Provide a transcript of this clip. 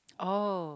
oh